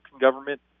government